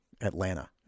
Atlanta